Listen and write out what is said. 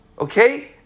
Okay